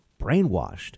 brainwashed